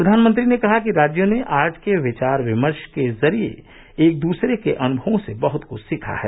प्रधानमंत्री ने कहा कि राज्यों ने आज के विचार विमर्श के जरिये एक दूसरे के अनुमवों से बहुत कुछ सीखा है